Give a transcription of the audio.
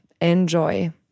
Enjoy